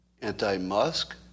Anti-Musk